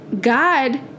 God